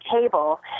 table